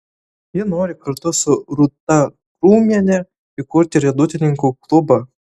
ji nori kartu su rūta krūmiene įkurti riedutininkų klubą